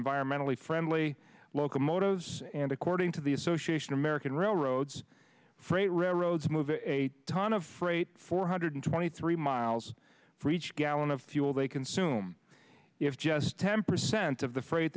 environmentally friendly locomotives and according to the association of american railroads freight railroads move a ton of freight four hundred twenty three miles for each gallon of fuel they consume if just temper sent of the freight